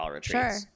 Sure